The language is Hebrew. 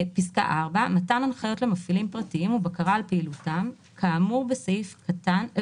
(4)מתן הנחיות למפעילים פרטיים ובקרה על פעילותם כאמור בסעיף